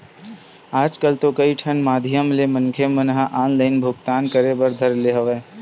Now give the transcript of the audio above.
आजकल तो कई ठन माधियम ले मनखे मन ह ऑनलाइन भुगतान करे बर धर ले हवय